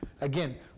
Again